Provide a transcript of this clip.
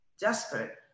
desperate